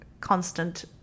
constant